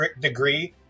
degree